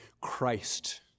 Christ